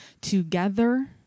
together